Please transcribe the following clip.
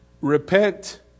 Repent